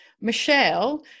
Michelle